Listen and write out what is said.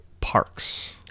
Parks